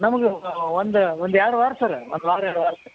ನಮ್ಗ ಒಂದು ಒಂದು ಎರ್ಡು ವಾರ ಸರ್ ಒಂದು ವಾರ ಎರ್ಡು ವಾರ ಸರ್